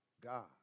God